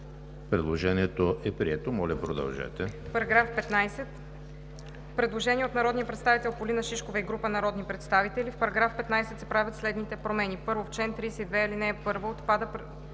Предложението е прието. Моля, поканете